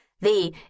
the